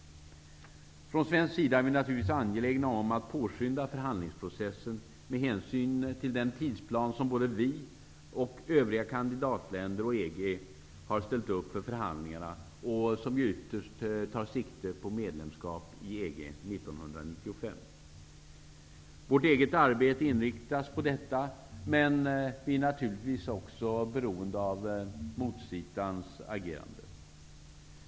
Från svensk sida är vi naturligtvis angelägna om att påskynda förhandlingsprocessen med hänsyn till den tidsplan som både vi, övriga kandidatländer och EG har ställt upp för förhandlingarna och som ju ytterst tar sikte på medlemskap år 1995. Vårt eget arbete inriktas på detta, men vi är naturligtvis också beroende av motsidan.